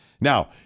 Now